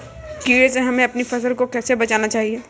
कीड़े से हमें अपनी फसल को कैसे बचाना चाहिए?